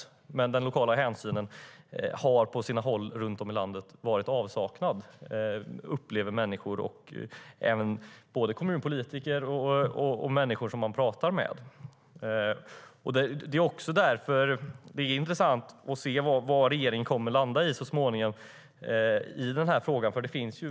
Men den lokala hänsynen har på sina håll runt om i landet saknats, upplever både människor och kommunpolitiker som jag pratar med. Det är också därför det är intressant att se var regeringen kommer att landa i frågan så småningom.